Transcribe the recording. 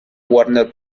warner